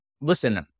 listen